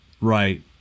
Right